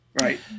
right